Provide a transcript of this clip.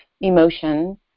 emotion